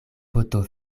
poto